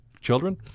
Children